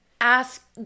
ask